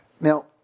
Now